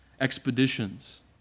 expeditions